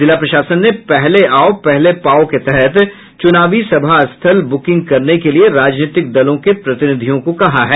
जिला प्रशासन ने पहले आओ पहले पाओ के तहत चुनावी सभा स्थल बुकिंग करने के लिये राजनीतिक दलों के प्रतिनिधियों को कहा है